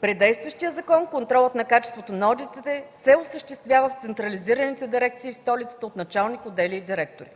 При действащия закон контролът на качеството на одитите се осъществява в централизираните дирекции в столицата от началник-отдели и директори.